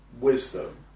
wisdom